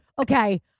Okay